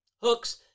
Hooks